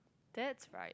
that's right